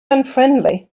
unfriendly